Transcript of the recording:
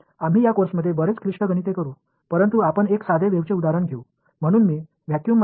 இந்த பாடத்திட்டத்தில் நாம் மிகவும் சிக்கலான கணக்கீடுகளை செய்வோம் ஆனால் ஒரு எளிய அலை உதாரணத்தை எடுத்துக்கொள்வோம்